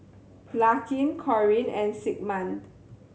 Larkin Corine and Sigmund